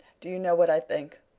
do you know what i think?